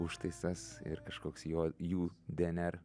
užtaisas ir kažkoks jo jų di en er